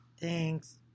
Thanks